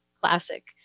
classic